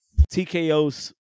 TKO's